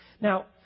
now